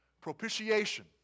propitiation